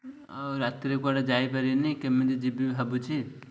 ଆଉ ରାତିରେ କୁଆଡ଼େ ଯାଇପାରିବିନି କେମିତି ଯିବି ଭାବୁଛି